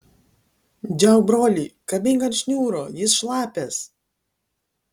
džiauk brolį kabink ant šniūro jis šlapias